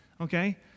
okay